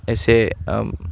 एसे ओम